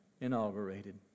inaugurated